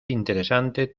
interesante